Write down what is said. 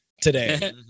today